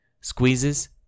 squeezes